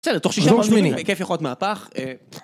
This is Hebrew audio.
בסדר, תוך שישה חוזרים בכיף יכול להיות מהפך.